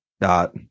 dot